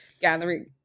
gathering